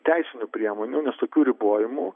teisinių priemonių nes tokių ribojimų